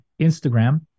Instagram